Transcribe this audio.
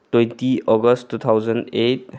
twenty August two thousand eight